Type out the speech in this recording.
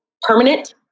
permanent